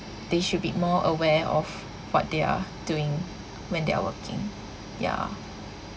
they should be more aware of what they are doing when they are working ya